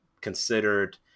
considered